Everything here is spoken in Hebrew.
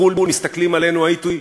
אדוני היושב-ראש.